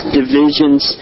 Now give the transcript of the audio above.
divisions